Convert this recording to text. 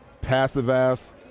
passive-ass